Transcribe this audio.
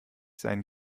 seinen